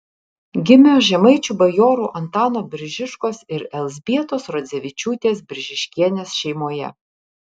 gimė žemaičių bajorų antano biržiškos ir elzbietos rodzevičiūtės biržiškienės šeimoje